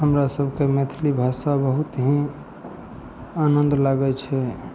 हमरासबके मैथिली भाषा बहुत ही आनन्द लागै छै